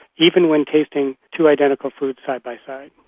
even when tasting two identical foods side by side.